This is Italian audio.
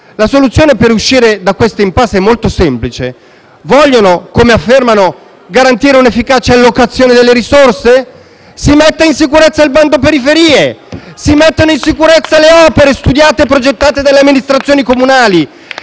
La soluzione per uscire da questo *impasse* è molto semplice. Si vuole, come si afferma, garantire un'efficace allocazione delle risorse? Si metta in sicurezza il bando periferie; si mettano in sicurezza le opere studiate e progettate dalle amministrazioni comunali;